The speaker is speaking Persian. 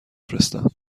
بفرستم